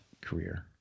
career